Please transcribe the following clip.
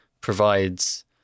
provides